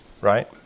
right